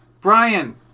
Brian